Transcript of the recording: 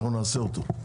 אנחנו נעשה אותו.